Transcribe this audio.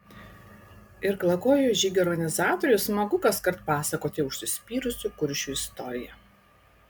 irklakojo žygių organizatoriui smagu kaskart pasakoti užsispyrusių kuršių istoriją